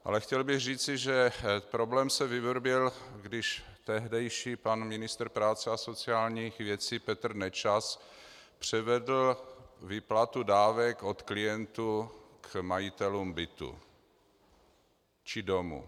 Ale chtěl bych říci, že problém se vyvrbil, když tehdejší pan ministr práce a sociálních věcí Petr Nečas převedl výplatu dávek od klientů k majitelům bytů či domů.